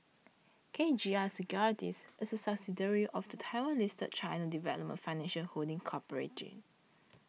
K G I Securities is a subsidiary of the Taiwan listed China Development Financial Holding Corporation